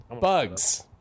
Bugs